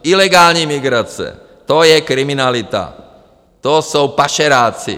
Ilegální migrace to je kriminalita, to jsou pašeráci!